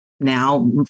now